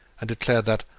and declared that,